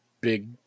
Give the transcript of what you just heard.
big